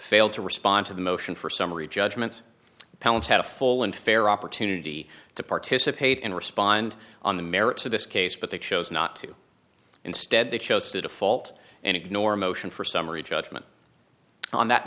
failed to respond to the motion for summary judgment parents had a full and fair opportunity to participate and respond on the merits of this case but they chose not to instead they chose to default and ignore a motion for summary judgment on that